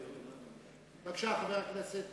בבקשה, חבר הכנסת